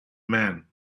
man